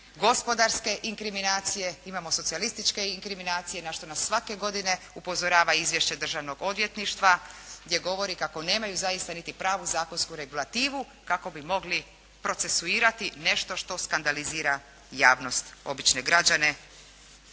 gospodarske inkriminacije, imamo socijalističke inkriminacije na što nas svake godine upozorava izvješće Državnog odvjetništva, gdje govori kako nemaju zaista niti pravu zakonsku regulativu, kako bi mogli procesuirati nešto što skandalizira javnost, obične građane